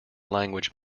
language